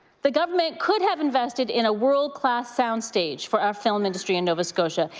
the government could have invested in a world-class sound stage for our film industry in nova scotia.